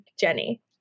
Jenny